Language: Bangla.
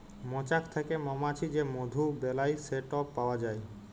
মচাক থ্যাকে মমাছি যে মধু বেলায় সেট পাউয়া যায়